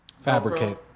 fabricate